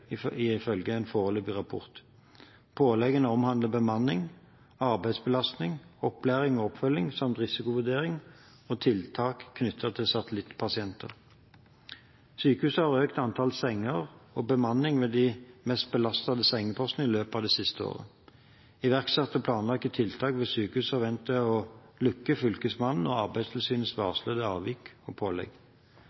pålegg, ifølge en foreløpig rapport. Påleggene omhandler bemanning, arbeidsbelastning, opplæring og oppfølging samt risikovurdering og tiltak knyttet til satellittpasienter. Sykehuset har økt antall senger og bemanning ved de mest belastede sengepostene i løpet av det siste året. Iverksatte og planlagte tiltak ved sykehuset forventes å lukke Fylkesmannens og Arbeidstilsynets